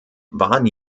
waren